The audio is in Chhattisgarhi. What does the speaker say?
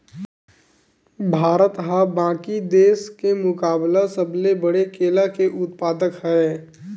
भारत हा बाकि देस के मुकाबला सबले बड़े केला के उत्पादक हरे